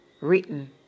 written